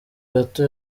gato